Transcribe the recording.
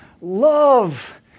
love